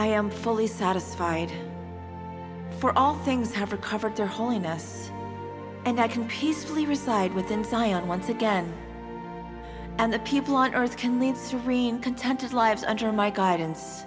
i am fully satisfied for all things have recovered their holiness and i can peacefully reside within science once again and the people on earth can live serene contented lives under my guidance